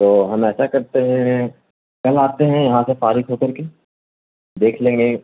تو ہم ایسا کرتے ہیں کل آتے ہیں یہاں سے فارغ ہو کرر کے دیکھ لیں گے